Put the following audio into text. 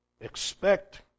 Expect